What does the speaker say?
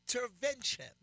intervention